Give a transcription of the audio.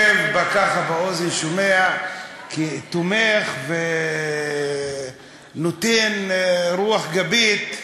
אני יושב ובאוזן שומע שהוא תומך ונותן רוח גבית,